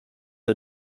are